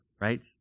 right